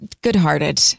Good-hearted